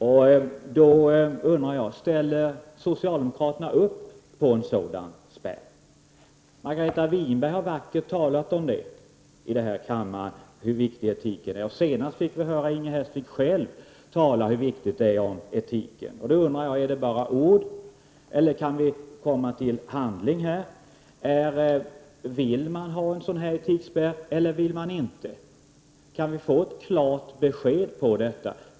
Ställer socialdemokraterna upp på en sådan spärr? Margareta Winberg har här i kammaren talat så vackert om hur viktig etiken är, och senast fick vi höra Inger Hestvik själv säga att etiken är viktig. Är detta bara ord, eller kan vi komma till handling? Vill socialdemokraterna ha en sådan spärr eller vill de inte? Kan vi få ett klart besked på den punkten?